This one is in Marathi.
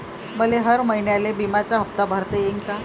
मले हर महिन्याले बिम्याचा हप्ता भरता येईन का?